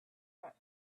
about